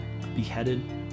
beheaded